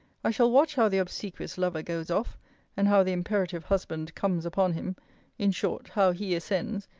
i shall watch how the obsequious lover goes off and how the imperative husband comes upon him in short, how he ascends,